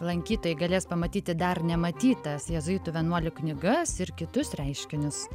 lankytojai galės pamatyti dar nematytas jėzuitų vienuolių knygas ir kitus reiškinius